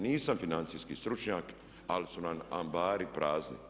Nisam financijski stručnjak, ali su nam ambari prazni.